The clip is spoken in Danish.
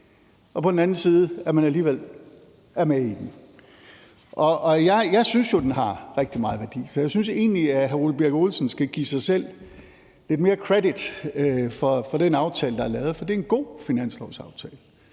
og på den anden side, at man alligevel er med i den. Jeg synes jo, at den har rigtig meget værdi, så jeg synes egentlig, hr. Ole Birk Olesen skal give sig selv lidt mere credit for den aftale, der er lavet, for det er en god finanslovsaftale.